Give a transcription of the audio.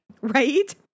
Right